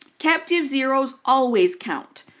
captive zeroes always count.